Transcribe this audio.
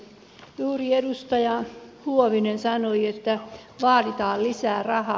juuri edustaja huovinen sanoi että vaaditaan lisää rahaa